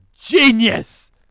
genius